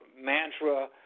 mantra